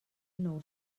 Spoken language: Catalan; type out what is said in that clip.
nou